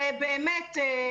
זה באמת,